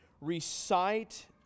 recite